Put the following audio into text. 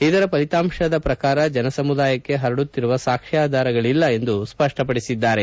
ಇದರ ಫಲಿತಾಂಶದ ಪ್ರಕಾರ ಜನ ಸಮುದಾಯಕ್ಕೆ ಪರಡುತ್ತಿರುವ ಸಾಕ್ಷ್ಮಾಧಾರಗಳಿಲ್ಲ ಎಂದು ಸ್ಪಷ್ಟಪಡಿಸಿದ್ದಾರೆ